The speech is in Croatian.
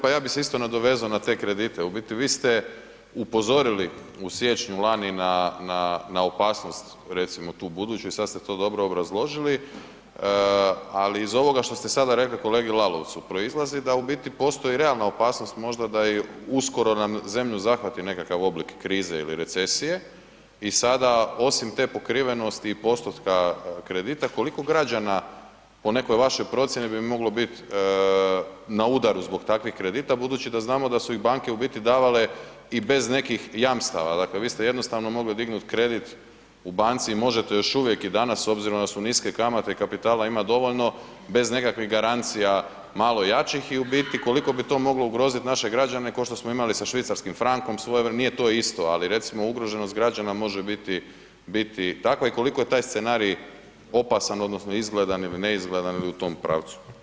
Pa ja bi se isto nadovezao na te kredite, u biti vi ste upozorili u siječnju lani na opasnost, recimo tu buduću i sad ste to dobro obrazložili, ali iz ovoga što ste sada rekli kolegi Lalovcu proizlazi da u biti postoji realna opasnost možda da i uskoro nam zemlju zahvati nekakav oblik krize ili recesije, i sada osim te pokrivenosti i postotka kredita, koliko građana, po nekoj vašoj procijeni bi moglo bit na udaru zbog takvih kredita, budući da znamo da su ih banke u biti davale i bez nekih jamstava, dakle vi ste jednostavno mogli dignut kredit u banci, i možete još uvijek i danas, s obzirom da su niske kamate, kapitala ima dovoljno, bez nekakvih garancija malo jačih, i u biti koliko bi to moglo ugrozit naše građane, k'o što smo imali sa švicarskim frankom svojevremeno, nije to isto, ali recimo ugroženost građana može biti takva i koliko je taj scenarij opasan odnosno izgledan, ili neizgledan, ili u tom pravcu.